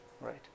right